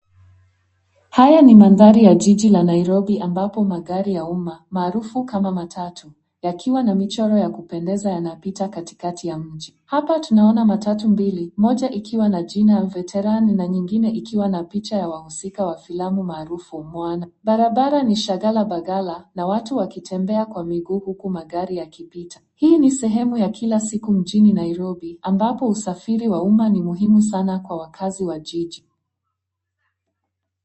Haya ni mandhari ya jiji la Nairobi ambapo magari ya umma maarufu kama matatu yakiwa na michoro ya kupendeza yanapita katikati ya mji. Hapa tunaona matatu mbili, moja ikiwa na jina Veteran na nyingine ikiwa na picha wa wahusika wa filamu maarufu Moana. Barabara ni shagala bagala na watu wakitembea kwa miguu huku magari yakipita. Hii ni sehemu ya kila siku mjini Nairobi ambapo usafiri wa umma ni muhimu sana kwa wakaazi wa jiji.